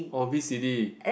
or V_C_D